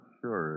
sure